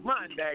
Monday